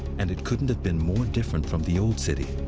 and it couldn't have been more different from the old city.